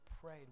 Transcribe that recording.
prayed